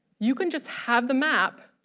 you can just have the map